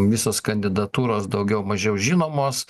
visos kandidatūros daugiau mažiau žinomos